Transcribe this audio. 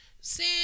Sin